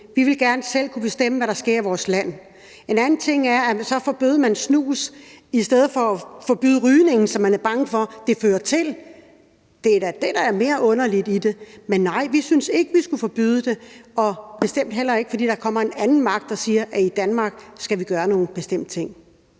Vi vil gerne selv kunne bestemme, hvad der sker i vores land. En anden ting er, at man så forbyder snus i stedet for at forbyde rygning, som man er bange for at det fører til. Det er da det, der er mere underligt ved det. Men nej, vi synes ikke, at vi skulle forbyde det – og bestemt heller ikke, fordi der kommer en anden magt og siger, at i Danmark skal vi gøre nogle bestemte ting.